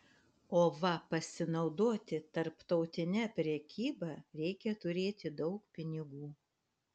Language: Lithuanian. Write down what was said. o va pasinaudoti tarptautine prekyba reikia turėti daug pinigų